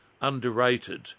underrated